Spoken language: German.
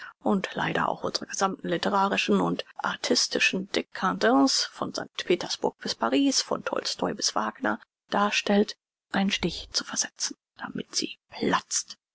und leider auch unsre gesammte litterarische und artistische dcadence von st petersburg bis paris von tolstoi bis wagner darstellt einen stich zu versetzen damit sie platzt